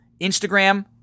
Instagram